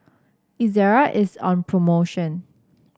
Ezerra is on promotion